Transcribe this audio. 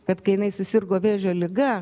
kad kai jinai susirgo vėžio liga